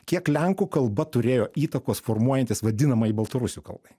kiek lenkų kalba turėjo įtakos formuojantis vadinamajai baltarusių kalbai